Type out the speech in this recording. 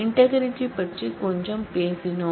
integrity பற்றி கொஞ்சம் பேசினோம்